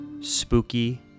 spooky